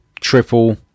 triple